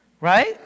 Right